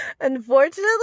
unfortunately